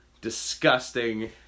disgusting